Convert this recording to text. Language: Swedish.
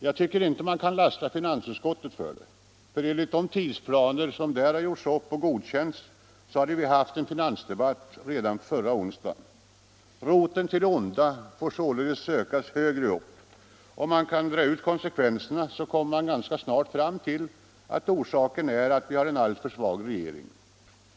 Jag tycker inte att man kan lasta finansutskottet för det, för enligt de tidsplaner som där gjorts upp och godkänts hade vi haft en finansdebatt redan förra onsdagen. Roten till det onda får således sökas högre upp, och om man drar ut konsekvenserna så kommer man ganska snart fram till att orsaken är att vi har en alltför svag regering.